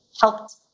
helped